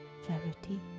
Verity